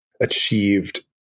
achieved